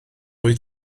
wyt